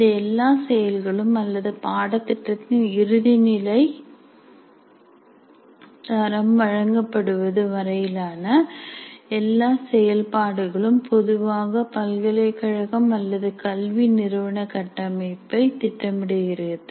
இந்த எல்லா செயல்களும் அல்லது பாடத் திட்டத்தின் இறுதி நிலை தரம் வழங்கப்படுவது வரையிலான எல்லா செயல்பாடுகளும் பொதுவாக பல்கலைக்கழகம் அல்லது கல்வி நிறுவன கட்டமைப்பு திட்டமிடுகிறது